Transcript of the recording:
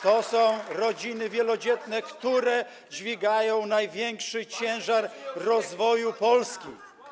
To są rodziny wielodzietne, które dźwigają największy ciężar rozwoju Polski.